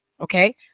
okay